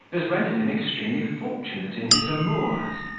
as rendered him extremely fortunate in his amours.